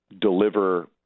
deliver